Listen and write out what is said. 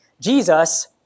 Jesus